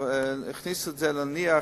הכניסו את זה, נניח,